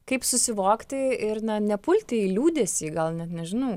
kaip susivokti ir nepulti į liūdesį gal net nežinau